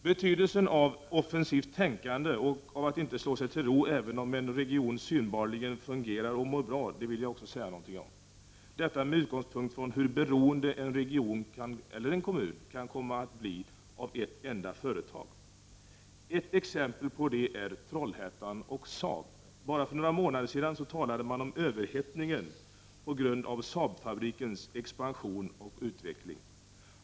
Betydelsen av offensivt tänkande, och av att inte slå sig till ro även om en region synbarligen fungerar bra, vill jag också säga någonting om, detta med utgångspunkt i hur beroende en region eller en kommun kan bli av ett enda företag. Ett exempel på det är Trollhättan och Saab. Bara för några månader sedan talade man om överhettningen på grund av Saabfabrikens expansion och utveckling.